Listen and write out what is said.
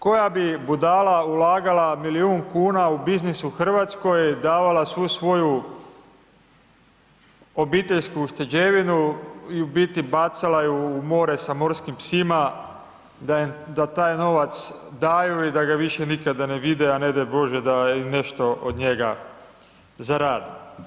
Koja bi budala ulagala milijun kuna u biznis u Hrvatskoj, davala svu svoju obiteljsku ušteđevinu i u biti bacala ju u more s morskim psima, da taj novac daju i da ga više nikada ne vide, a ne daj Bože da nešto od njega zarade?